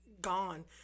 gone